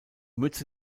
mütze